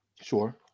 Sure